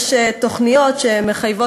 יש תוכניות שמחייבות,